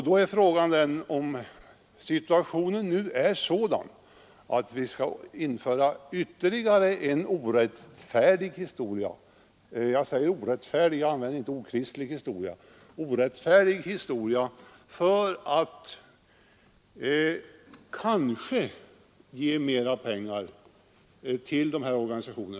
Då är frågan om situationen nu är sådan att vi skall införa ytterligare en orättfärdig historia — jag använder ordet orättfärdig och inte okristlig — för att man kanske skall kunna ge mera pengar till dessa organisationer.